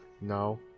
No